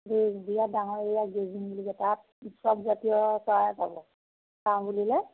বিৰাট ডাঙৰ area grazing বুলি কয় তাত চব জাতীয় চৰাই পাব চাওঁ বুলিলে